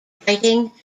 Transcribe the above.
writing